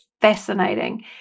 fascinating